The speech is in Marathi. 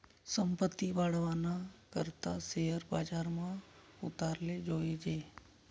संपत्ती वाढावाना करता शेअर बजारमा उतराले जोयजे